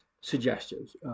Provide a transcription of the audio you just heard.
suggestions